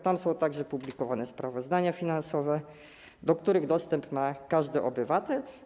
Tam są także publikowane sprawozdania finansowe, do których dostęp ma każdy obywatel.